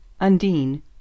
undine